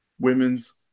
women's